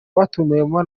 batumiwemo